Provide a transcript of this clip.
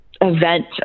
event